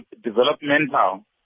developmental